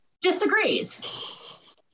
disagrees